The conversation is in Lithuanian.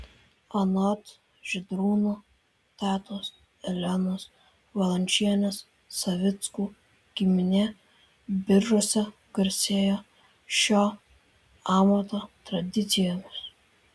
anot žydrūno tetos elenos valančienės savickų giminė biržuose garsėjo šio amato tradicijomis